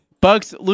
Bugs